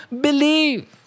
believe